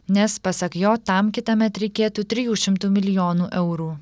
nes pasak jo tam kitąmet reikėtų trijų šimtų milijonų eurų